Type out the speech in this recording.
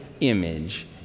image